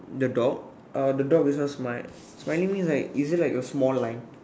the dog uh the dog is not smi~ smiling means like is it like a small line